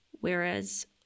whereas